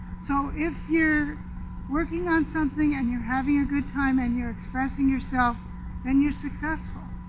so if you're working on something and you're having a good time and you're expressing yourself then you're successful.